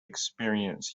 experience